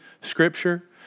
Scripture